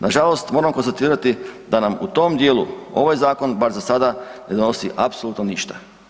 Nažalost, moram konstatirati da nam u tom dijelu, ovaj zakon, bar za sada ne donosi apsolutno ništa.